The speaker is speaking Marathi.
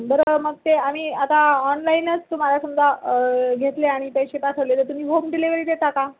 बरं मग ते आम्ही आता ऑनलाईनच तुम्हाला समजा घेतले आणि पैसे पाठवले तर तुम्ही होम डिलेवरी देता का